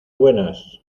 buenas